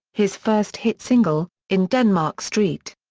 his first hit single, in denmark street.